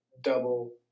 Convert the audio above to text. double